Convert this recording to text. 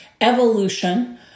evolution